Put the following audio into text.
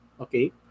Okay